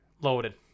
loaded